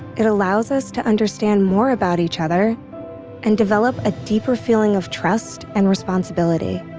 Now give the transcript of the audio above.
it allows us to understand more about each other and develop a deeper feeling of trust and responsibility.